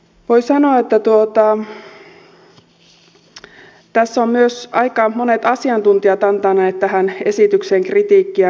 voi sanoa että tässä ovat myös aika monet asiantuntijat antaneet tähän esitykseen kritiikkiä